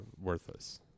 worthless